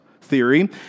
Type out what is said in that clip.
theory